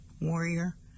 warrior